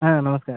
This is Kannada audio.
ಹಾಂ ನಮಸ್ಕಾರ ರಿ